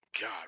God